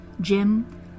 Jim